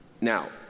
Now